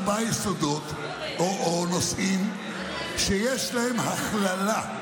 ארבעה יסודות או נושאים שיש בהם הכללה,